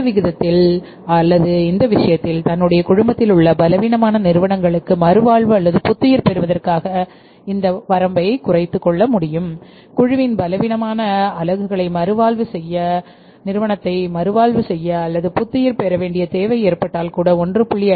இந்த விஷயத்தில் தன்னுடைய குழுமத்தில் உள்ள பலவீனமான நிறுவனங்களுக்கு மறுவாழ்வு அல்லது புத்துயிர் பெறுவதற்காக இந்த வரம்பை குறைக்க முடியும் குழுவில் பலவீனமான அலகுகளை மறுவாழ்வு செய்ய அல்லது புத்துயிர் பெற வேண்டிய தேவை ஏற்பட்டால் கூட 1